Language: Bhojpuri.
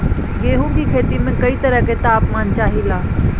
गेहू की खेती में कयी तरह के ताप मान चाहे ला